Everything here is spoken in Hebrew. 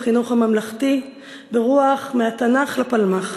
בחינוך הממלכתי ברוח "מהתנ"ך לפלמ"ח",